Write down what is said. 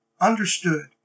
understood